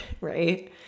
right